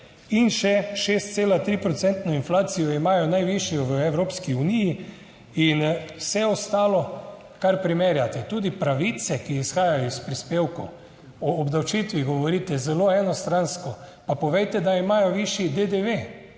procentno inflacijo imajo, najvišjo v Evropski uniji. In vse ostalo, kar primerjate, tudi pravice, ki izhajajo iz prispevkov, o obdavčitvi govorite zelo enostransko. Pa povejte, da imajo višji DDV.